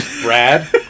Brad